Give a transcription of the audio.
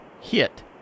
hit